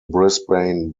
brisbane